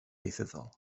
ieithyddol